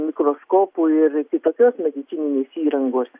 mikroskopų ir kitokios medicininės įrangos